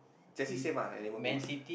Chelsea same ah at Liverpool